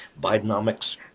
Bidenomics